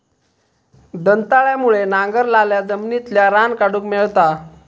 दंताळ्यामुळे नांगरलाल्या जमिनितला रान काढूक मेळता